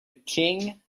king